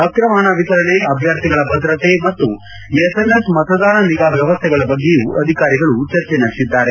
ಅಕ್ರಮ ಹಣ ವಿತರಣೆ ಅಭ್ವರ್ಥಿಗಳ ಭದ್ರತೆ ಮತ್ತು ಎಸ್ಎಂಎಸ್ ಮತದಾನ ನಿಗಾ ವ್ವವಸ್ಥೆಗಳ ಬಗ್ಗೆಯೂ ಅಧಿಕಾರಿಗಳು ಚರ್ಚೆ ನಡೆಸಿದ್ದಾರೆ